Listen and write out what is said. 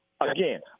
Again